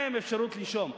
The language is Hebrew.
תנו להם אפשרות לנשום.